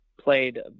played